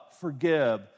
forgive